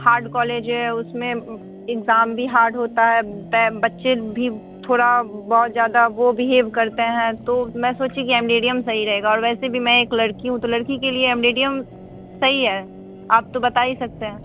hard college है उसमें exam भी हार्ड होता है बच्चे भी थोड़ा बहुत ज़्यादा वह बिहेव करते हैं तो मैं सोची कि एम डी डी एम सही रहेगा और वैसे भी मैं एक लड़की हूॅं तो लड़की के लिए एम डी डी एम सही है आप तो बता ही सकते हैं